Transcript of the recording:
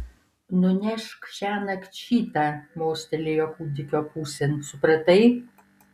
nunešk šiąnakt šitą mostelėjo kūdikio pusėn supratai